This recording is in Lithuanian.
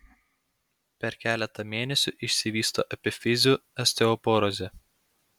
per keletą mėnesių išsivysto epifizių osteoporozė